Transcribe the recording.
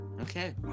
Okay